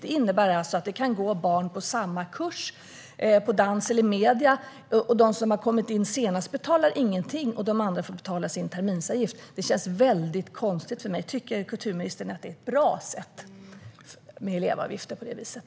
Det innebär att det kan gå barn på samma kurs i dans eller media, och de som kommit in senast betalar ingenting och de andra betalar sin terminsavgift. Det känns väldigt konstigt för mig. Tycker kulturministern att det är ett bra sätt att ha elevavgifter på det viset?